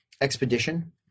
expedition